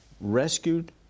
rescued